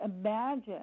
imagine